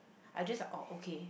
I just like orh okay